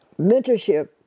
mentorship